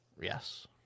Yes